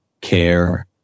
Care